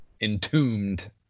entombed